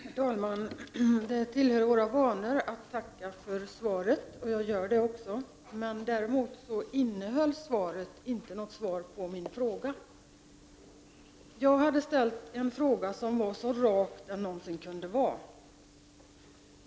Herr talman! Det tillhör våra vanor att tacka för svaret, och det gör jag också. Däremot måste jag säga att svaret inte innehöll något svar på min fråga. Jag har ställt en så rak fråga som det någonsin kunde vara.